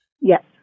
Yes